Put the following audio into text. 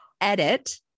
edit